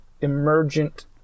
emergent